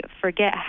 forget